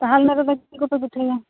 ᱥᱟᱦᱟᱨ ᱱᱟᱜᱟᱨ ᱨᱮᱫᱚ ᱪᱮᱫ ᱠᱚᱯᱮ ᱯᱤᱴᱷᱟᱹᱭᱟ